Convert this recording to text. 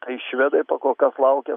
tai švedai pakol kas laukia